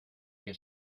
que